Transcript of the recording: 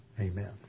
Amen